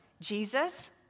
Jesus